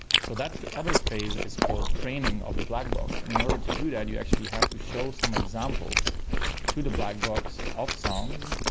so that other phase is called training of the black box, and in order to do that you actually have to show some examples to the black box of songs,